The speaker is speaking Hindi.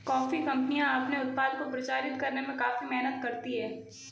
कॉफी कंपनियां अपने उत्पाद को प्रचारित करने में काफी मेहनत करती हैं